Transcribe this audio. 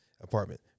Apartment